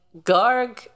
Garg